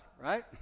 right